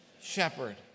shepherd